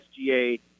SGA